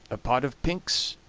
a pot of pinks,